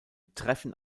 treffen